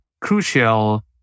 crucial